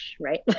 right